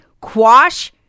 quash